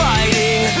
Fighting